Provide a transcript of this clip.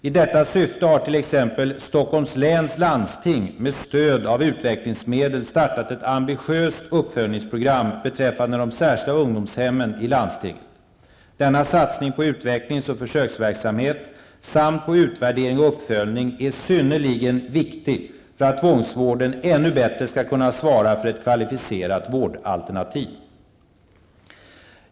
I detta syfte har t.ex. Stockholms läns landsting med stöd av utvecklingsmedel startat ett ambitiöst uppföljningsprogram beträffande de särskilda ungdomshemmen i landstinget. Denna satsning på utvecklings och försöksverksamhet samt på utvärdering och uppföljning är synnerligen viktig för att tvångsvården ännu bättre skall kunna svara för ett kvalificerat vårdalternativ.